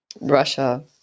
Russia